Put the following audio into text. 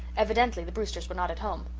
evidently the brewsters were not at home.